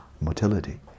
motility